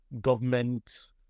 government